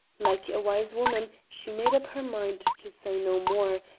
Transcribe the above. like a wise woman, she made up her mind to say no more,